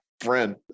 friend